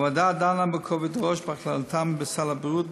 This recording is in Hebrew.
הוועדה דנה בכובד ראש בהחלטתה לגבי סל הבריאות,